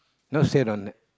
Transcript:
no said don't